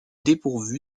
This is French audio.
dépourvu